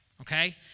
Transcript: okay